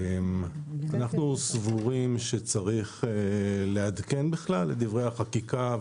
אנחנו סבורים שצריך לעדכן בכלל את דברי החקיקה,